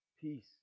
peace